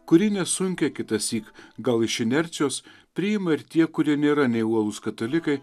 kurį nesunkiai kitąsyk gal iš inercijos priima ir tie kurie nėra nei uolūs katalikai